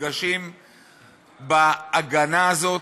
נפגשים בהגנה הזאת,